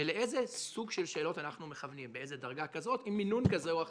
ולאיזה סוג של שאלות אנחנו מכוונים: באיזו דרגה עם מינון כזה או אחר.